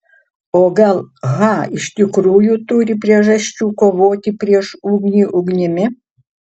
o gal h iš tikrųjų turi priežasčių kovoti prieš ugnį ugnimi